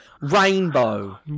Rainbow